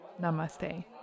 Namaste